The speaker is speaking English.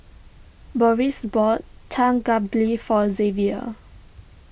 Boris bought Galbi for Xzavier